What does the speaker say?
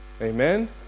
Amen